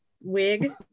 wig